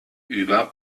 über